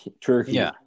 turkey